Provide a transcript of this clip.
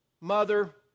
mother